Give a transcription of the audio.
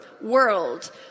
world